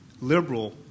liberal